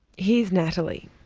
here's natalie.